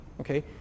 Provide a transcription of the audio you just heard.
Okay